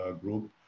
Group